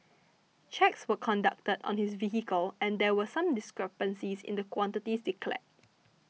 checks were conducted on his vehicle and there were some discrepancies in the quantities declared